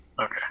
Okay